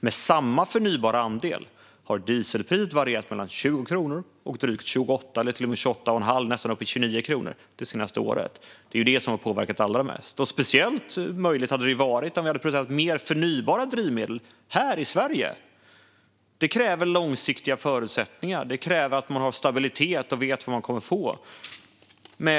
Med samma förnybara andel har dieselpriset varierat mellan 20 kronor och drygt 28 eller till och med nästan 29 kronor det senaste året. Det är det som har påverkat allra mest. Det hade varit möjligt att påverka priserna om vi hade producerat mer förnybara drivmedel här i Sverige. Det kräver långsiktiga förutsättningar. Det kräver att man har stabilitet och vet vad man kommer att få.